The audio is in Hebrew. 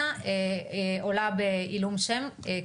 דנה עולה בעילום שם,